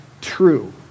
true